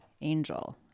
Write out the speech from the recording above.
Angel